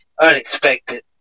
unexpected